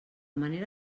manera